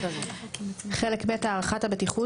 חלק ב': הערכת הבטיחות.